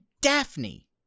Daphne